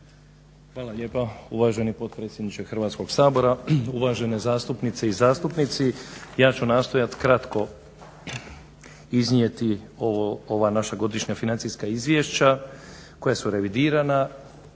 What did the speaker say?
Hvala lijepo uvaženi potpredsjedniče Hrvatskoga sabora. Uvažene zastupnice i zastupnici. Ja ću nastojat kratko iznijeti ova naša godišnja financijska izvješća koja su revidirana